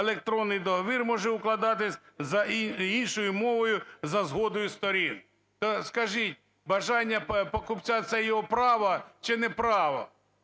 електронний договір може укладатися іншою мовою, за згодою сторін". То скажіть, бажання покупця – це його право чи не право.